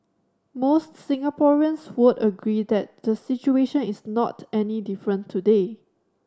most Singaporeans would agree that the situation is not any different today